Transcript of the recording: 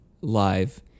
live